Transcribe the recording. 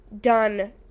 done